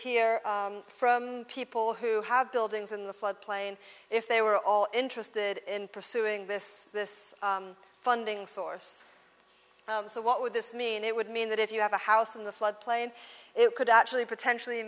hear from people who have buildings in the floodplain if they were all interested in pursuing this this funding source so what would this mean it would mean that if you have a house in the floodplain it could actually potentially